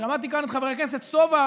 שמעתי כאן את חבר הכנסת סובה,